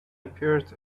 appeared